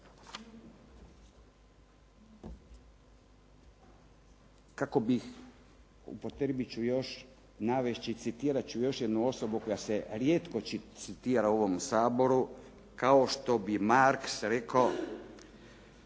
kako bih, upotrijebiti ću još, navesti ću još, citirati ću još jednu osobu koja se rijetko citira u ovom Saboru, kao što bi Marx rekao: